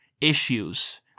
issues